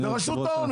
ורשות ההון,